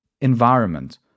environment